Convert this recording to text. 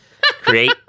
Create